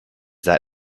that